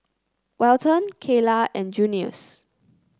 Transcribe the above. Welton Keyla and Junius